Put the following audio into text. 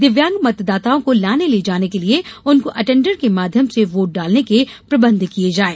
दिव्यांग मतदाताओं को लाने ले जाने के लिए उनको अटेंडर के माध्यम से वोट डालने के प्रबंध किए जाएं